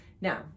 now